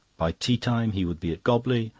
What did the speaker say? by tea-time he would be at gobley,